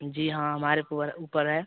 जी हाँ हमारे पूरा ऊपर है